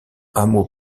hameau